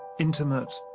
intimate,